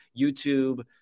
YouTube